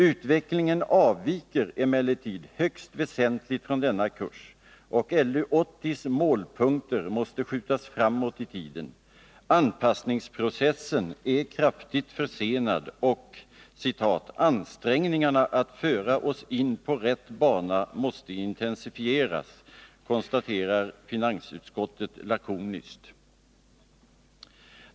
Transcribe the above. Utvecklingen avviker emellertid högst väsentligt från denna kurs, och LU 80:s målpunkter måste skjutas framåt i tiden. Anpassningsprocessen är kraftigt försenad, och ”ansträngningarna att föra oss in på rätt bana måste intensifieras”, konstaterar finansutskottet lakoniskt.